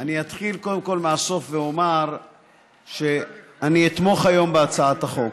אני אתחיל קודם כול מהסוף ואומר שאני אתמוך היום בהצעת החוק.